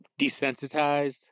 desensitized